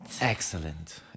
excellent